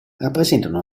rappresentano